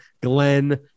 Glenn